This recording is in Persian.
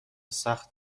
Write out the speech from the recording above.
سخت